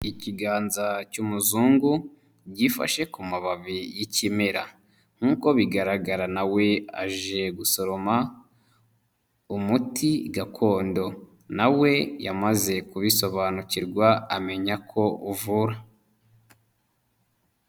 Ikiganza cy'umuzungu gifashe ku mababi y'kimera, nk'uko bigaragara na we aje gusoroma umuti gakondo, na we yamaze kubisobanukirwa amenya ko uvura.